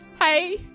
Hey